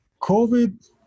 COVID